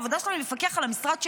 העבודה שלנו היא לפקח על המשרד שלך,